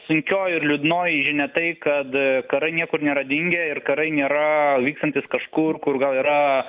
sunkioji ir liūdnoji žinia tai kad karai niekur nėra dingę ir karai nėra vykstantis kažkur kur gal yra